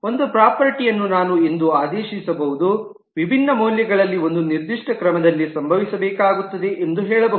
ಒಂದು ಪ್ರಾಪರ್ಟೀಯನ್ನು ನಾನು ಎಂದು ಆದೇಶಿಸಬಹುದು ವಿಭಿನ್ನ ಮೌಲ್ಯಗಳಲ್ಲಿ ಒಂದು ನಿರ್ದಿಷ್ಟ ಕ್ರಮದಲ್ಲಿ ಸಂಭವಿಸಬೇಕಾಗುತ್ತದೆ ಎಂದು ಹೇಳಬಹುದು